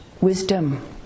wisdom